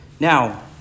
Now